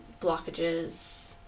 blockages